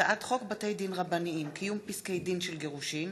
הצעת חוק בתי-דין רבניים (קיום פסקי-דין של גירושין)